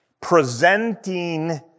presenting